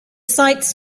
sites